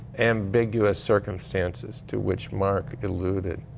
ambiguous circumstances to which mark alluded.